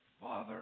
Father